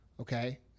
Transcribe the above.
Okay